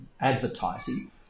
advertising